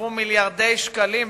הוספו מיליארדי שקלים,